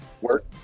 work